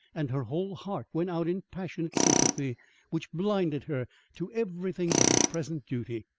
and her whole heart went out in passionate sympathy which blinded her to everything but her present duty.